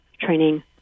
training